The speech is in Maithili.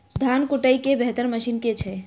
धान कुटय केँ बेहतर मशीन केँ छै?